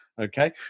Okay